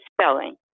spelling